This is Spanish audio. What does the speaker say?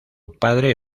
padre